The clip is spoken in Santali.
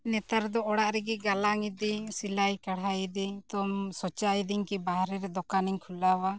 ᱱᱮᱛᱟᱨ ᱫᱚ ᱚᱲᱟᱜ ᱨᱮᱜᱮ ᱜᱟᱞᱟᱝ ᱮᱫᱟᱹᱧ ᱥᱤᱞᱟᱹᱭ ᱠᱟᱬᱦᱟᱭ ᱮᱫᱟᱹᱧ ᱛᱳᱢ ᱥᱚᱪᱟᱭᱮᱫᱟᱹᱧ ᱠᱤ ᱵᱟᱦᱨᱮ ᱨᱮ ᱫᱚᱠᱟᱱᱤᱧ ᱠᱷᱩᱞᱟᱹᱣᱟ